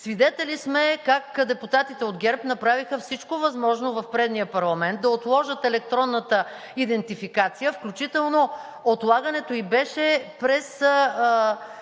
Свидетели сме как депутатите от ГЕРБ направиха всичко възможно в предния парламент да отложат електронната идентификация, включително отлагането ѝ беше през